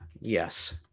Yes